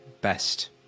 best